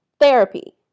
therapy